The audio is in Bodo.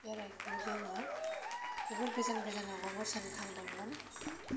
खेराइखौ जोङो जोबोर गोजान गोजानावबो मोसानो थांदोंमोन